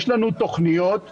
יש לנו תוכניות רבות,